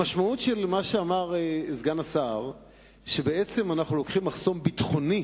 המשמעות של מה שאמר סגן השר היא שבעצם אנחנו לוקחים מחסום ביטחוני